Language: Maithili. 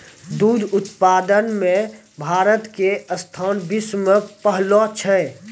दुग्ध उत्पादन मॅ भारत के स्थान विश्व मॅ पहलो छै